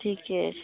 ठीके छै